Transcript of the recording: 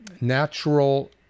natural